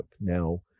now